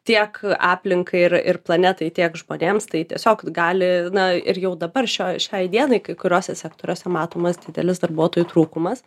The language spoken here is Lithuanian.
tiek aplinkai ir ir planetai tiek žmonėms tai tiesiog gali na ir jau dabar šio šiai dienai kai kuriuose sektoriuose matomas didelis darbuotojų trūkumas